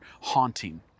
haunting